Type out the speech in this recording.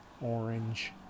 orange